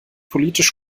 politisch